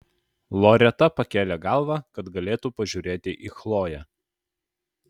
loreta pakėlė galvą kad galėtų pažiūrėti į chloję